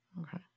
Okay